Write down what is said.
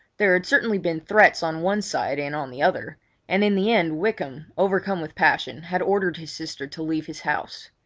there had certainly been threats on one side and on the other and in the end wykham, overcome with passion, had ordered his sister to leave his house.